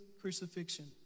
crucifixion